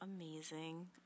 amazing